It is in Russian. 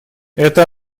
это